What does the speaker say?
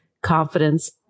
Confidence